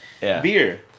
beer